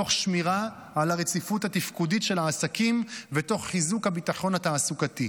תוך שמירה על הרציפות התפקודית של העסקים ותוך חיזוק הביטחון התעסוקתי,